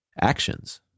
actions